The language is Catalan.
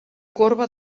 corba